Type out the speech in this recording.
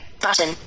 button